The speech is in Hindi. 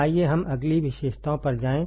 आइए हम अगली विशेषताओं पर जाएं